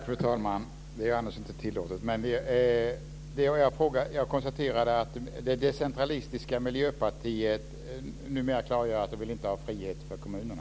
Fru talman! Jag konstaterade att det decentralistiska Miljöpartiet numera klargör att man inte vill ha frihet för kommunerna.